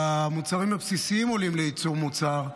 והמוצרים הבסיסיים לייצור מוצר עולים,